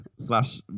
Slash